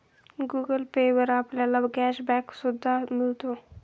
Google Pay वर आपल्याला cash back सुद्धा मिळतो